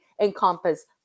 encompass